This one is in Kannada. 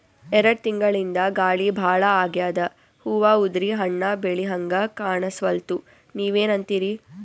ಎರೆಡ್ ತಿಂಗಳಿಂದ ಗಾಳಿ ಭಾಳ ಆಗ್ಯಾದ, ಹೂವ ಉದ್ರಿ ಹಣ್ಣ ಬೆಳಿಹಂಗ ಕಾಣಸ್ವಲ್ತು, ನೀವೆನಂತಿರಿ?